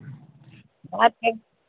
بات کر